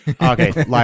Okay